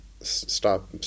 stop